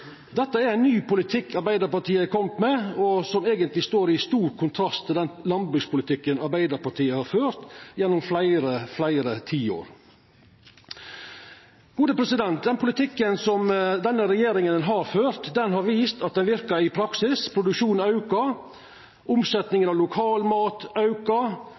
eigentleg står i stor kontrast til den landbrukspolitikken Arbeidarpartiet har ført gjennom fleire tiår. Den politikken denne regjeringa har ført, har vist at han verkar i praksis. Produksjonen aukar, omsetjinga av lokal mat aukar,